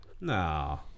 No